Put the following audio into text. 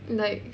like